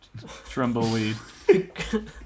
Trumbleweed